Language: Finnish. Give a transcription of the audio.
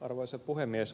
arvoisa puhemies